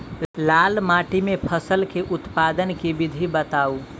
लाल माटि मे फसल केँ उत्पादन केँ विधि बताऊ?